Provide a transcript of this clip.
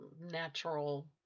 natural